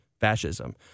fascism